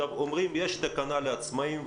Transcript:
אומרים יש תקנה לעצמאים,